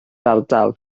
ardal